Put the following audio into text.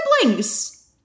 siblings